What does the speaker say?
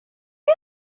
you